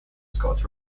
scott